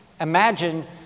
imagine